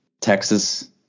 Texas